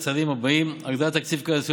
את הצעדים הבאים: הגדלת תקציב קרן הסיוע